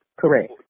Correct